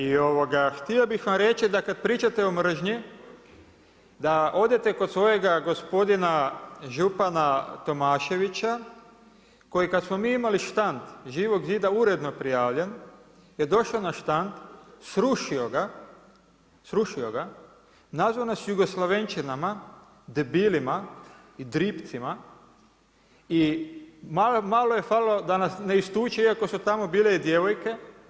I htio bih vam reći da kada pričate o mržnji da odete kod svojega gospodina župana Tomaševića koji kada smo mi imali štand Živog zida uredno prijavljen je došao na štand, srušio ga, srušio ga, nazvao nas jugoslavenčinama, debilima i dripcima i malo je falilo da nas ne istuče iako su tamo bile i djevojke.